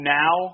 now